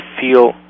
feel